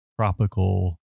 tropical